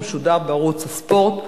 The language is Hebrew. שמשודר בערוץ הספורט,